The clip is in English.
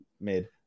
mid